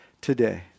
today